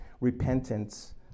repentance